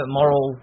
moral